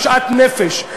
בשאט נפש,